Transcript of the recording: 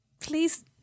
Please